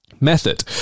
method